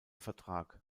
vertrag